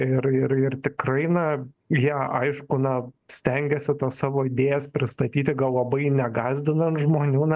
ir ir ir tikrai na jie aišku na stengiasi tas savo idėjas pristatyti gal labai negąsdinant žmonių na